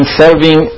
serving